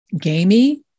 gamey